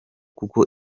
kuko